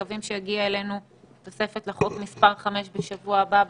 אנחנו מקווים שתגיע אלינו גם תוספת לחוק מספר 5 בשבוע הבא,